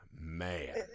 man